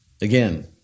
Again